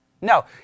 No